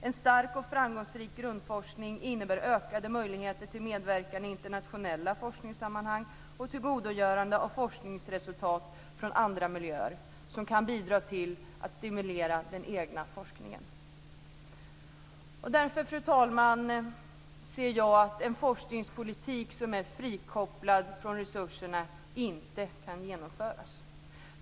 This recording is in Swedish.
En stark och framgångsrik grundforskning innebär ökade möjligheter till medverkan i internationella forskningssammanhang och tillgodogörande av forskningsresultat från andra miljöer som kan bidra till att stimulera den egna forskningen. Fru talman! Därför ser jag att en forskningspolitik som är frikopplad från resurserna inte kan genomföras.